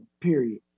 Period